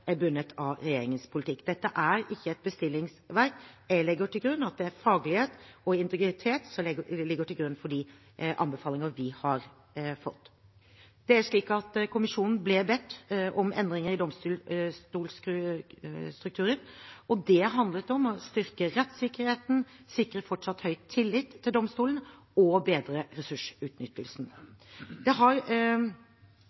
er bundet av regjeringens politikk. Dette er ikke et bestillingsverk. Jeg legger til grunn at det er faglighet og integritet som ligger til grunn for de anbefalinger vi har fått. Det er slik at kommisjonen ble bedt om å anbefale endringer i domstolstrukturen, og det handler om å styrke rettssikkerheten, sikre fortsatt høy tillit til domstolene og bedre ressursutnyttelsen.